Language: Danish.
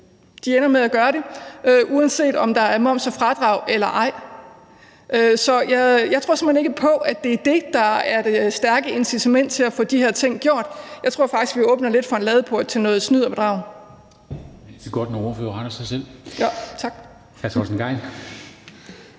– undskyld – at gøre det, uanset om der er moms og fradrag eller ej. Så jeg tror simpelt hen ikke på, at det er det, der er det stærke incitament til at få de her ting gjort. Jeg tror faktisk, vi lidt åbner en ladeport for noget snyd og bedrag.